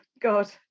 God